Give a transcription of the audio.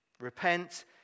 Repent